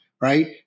right